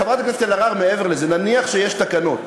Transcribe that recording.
חברת הכנסת אלהרר: נניח שיש תקנות.